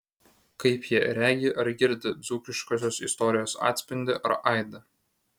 kaip jie regi ir girdi dzūkiškosios istorijos atspindį ar aidą